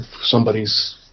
somebody's